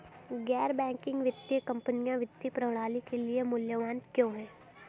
गैर बैंकिंग वित्तीय कंपनियाँ वित्तीय प्रणाली के लिए मूल्यवान क्यों हैं?